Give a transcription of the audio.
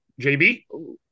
JB